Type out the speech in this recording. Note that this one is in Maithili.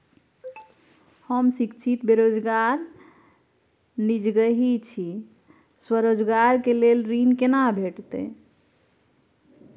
हम शिक्षित बेरोजगार निजगही छी, स्वरोजगार के लेल ऋण केना भेटतै?